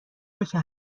روکه